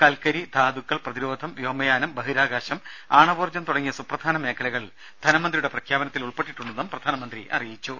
കൽക്കരി ധാതുക്കൾ പ്രതിരോധം വ്യോമയാനം ബഹിരാകാശം ആണവോർജ്ജം തുടങ്ങിയ സുപ്രധാന മേഖലകൾ ധനമന്ത്രിയുടെ പ്രഖ്യാപനത്തിൽ ഉൾപ്പെട്ടിട്ടുണ്ടെന്നും പ്രധാനമന്ത്രി അറിയിച്ചു